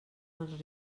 els